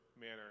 manner